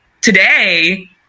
today